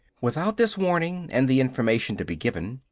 without this warning and the information to be given,